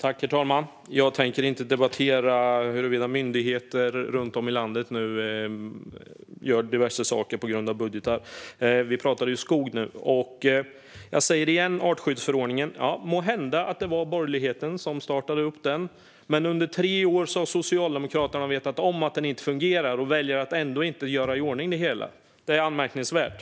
Herr talman! Jag tänker inte debattera huruvida myndigheter runt om i landet nu gör diverse saker på grund av budgetar. Vi pratar skog nu. Jag säger det igen, om artskyddsförordningen: Måhända var det borgerligheten som startade upp den, men under tre år har Socialdemokraterna vetat om att den inte fungerar och ändå valt att inte göra i ordning det hela. Det är anmärkningsvärt.